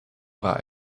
war